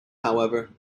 however